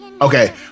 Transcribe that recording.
Okay